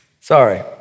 sorry